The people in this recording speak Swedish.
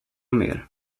mer